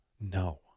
No